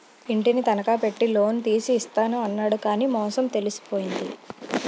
ఇంటిని తనఖా పెట్టి లోన్ తీసి ఇస్తాను అన్నాడు కానీ మోసం తెలిసిపోయింది